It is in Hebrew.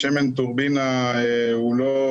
שבו זה 2.5. זאת אומרת,